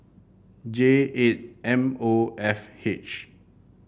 J eight M O F H